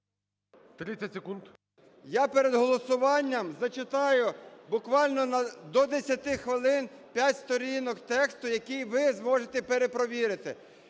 А.В. …я перед голосуванням зачитаю буквально до 10 хвилин 5 сторінок тексту, який ви зможете перепровірити.